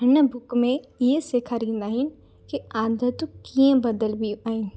हिन बुक में इअं सेखारींदा आहिनि की आदतूं किअं बदिलबी आहे